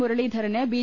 Muraleedharan B